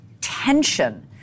tension